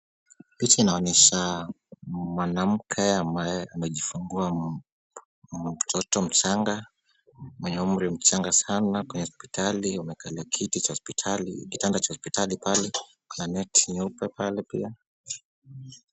Picha inaonyesha mwanamke ambaye amejifungua mtoto mchanga mwenye umri mchanga sana kwenye hospitali. Wamekalia Kitanda cha hospitali pale na neti nyeupe pia.